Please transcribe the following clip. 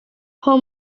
pull